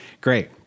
Great